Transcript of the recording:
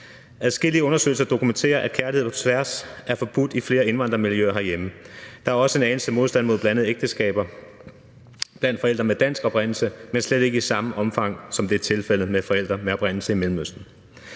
Adskillige undersøgelser dokumenterer, at kærlighed på tværs er forbudt i flere indvandrermiljøer herhjemme. Der er også en anelse modstand mod blandede ægteskaber blandt forældre med dansk oprindelse, men slet ikke i samme omfang, som det er tilfældet med forældre med oprindelse i Mellemøsten.